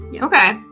Okay